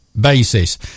basis